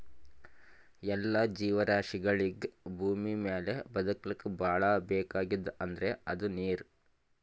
ಎಲ್ಲಾ ಜೀವರಾಶಿಗಳಿಗ್ ಭೂಮಿಮ್ಯಾಲ್ ಬದಕ್ಲಕ್ ಭಾಳ್ ಬೇಕಾಗಿದ್ದ್ ಅಂದ್ರ ಅದು ನೀರ್